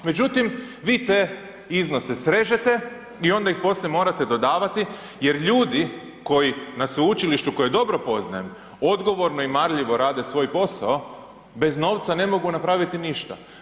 Međutim, vi te iznose srežete i onda ih poslije morate dodavati jer ljudi koji na sveučilištu koje dobro poznajem odgovorno i marljivo rade svoj posao bez novca ne mogu napraviti ništa.